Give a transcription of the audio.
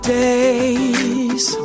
days